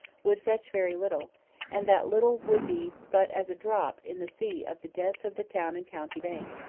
would fetch very little and that little would be but as a drop in the sea of the debts of the town and county bank.